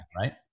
right